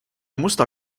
musta